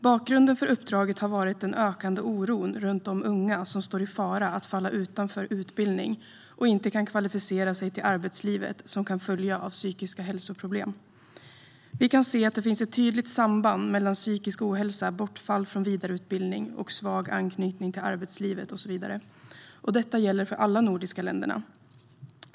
Bakgrunden till uppdraget har varit den ökande oron runt de unga som står i fara att falla utanför utbildning och inte kan kvalificera sig till arbetslivet till följd av psykiska hälsoproblem. Vi kan se att det finns ett tydligt samband mellan psykisk ohälsa, bortfall från vidareutbildning, svag anknytning till arbetslivet och så vidare, något som gäller alla de nordiska länderna.